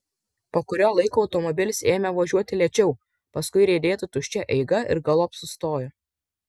po kurio laiko automobilis ėmė važiuoti lėčiau paskui riedėti tuščia eiga ir galop sustojo